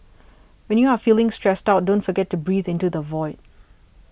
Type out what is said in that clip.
when you are feeling stressed out don't forget to breathe into the void